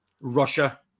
Russia